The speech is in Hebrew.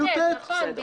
נכון.